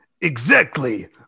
Exactly